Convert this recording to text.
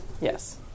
Yes